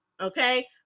okay